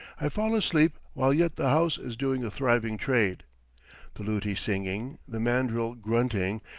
i fall asleep while yet the house is doing a thriving trade the luti singing, the mandril grunting,